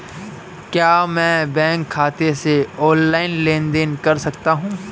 क्या मैं बैंक खाते से ऑनलाइन लेनदेन कर सकता हूं?